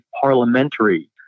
parliamentary